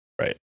Right